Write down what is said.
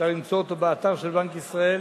אפשר למצוא אותו באתר של בנק ישראל,